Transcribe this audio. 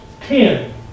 ten